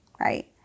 right